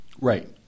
right